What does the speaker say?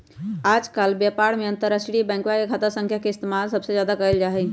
आजकल व्यापार में अंतर्राष्ट्रीय बैंकवा के खाता संख्या के इस्तेमाल सबसे ज्यादा कइल जाहई